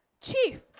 Chief